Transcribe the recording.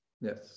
yes